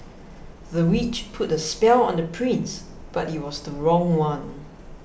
the witch put a spell on the prince but it was the wrong one